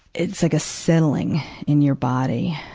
it's like a settling in your body.